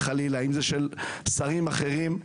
אם זה של שרים אחרים.